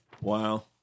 Wow